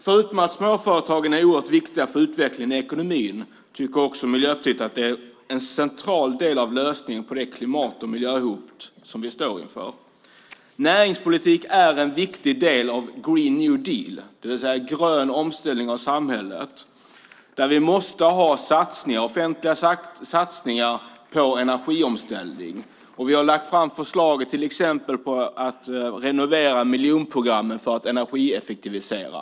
Förutom att småföretagen är oerhört viktiga för utvecklingen i ekonomin tycker Miljöpartiet att de är en central del av lösningen på det klimat och miljöhot som vi står inför. Näringspolitik är en viktig del av Green New Deal, det vill säga en grön omställning av samhället, där vi måste ha offentliga satsningar på energiomställning. Vi har till exempel lagt fram förslag på att renovera miljonprogrammets bostäder för att energieffektivisera.